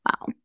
Wow